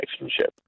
relationship